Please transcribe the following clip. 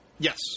Yes